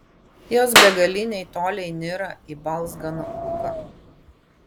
jos begaliniai toliai nyra į balzganą ūką